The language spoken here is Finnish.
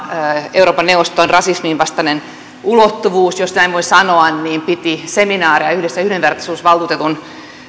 euroopan neuvoston rasisminvastainen ulottuvuus jos näin voi sanoa piti seminaaria yhdessä yhdenvertaisuusvaltuutetun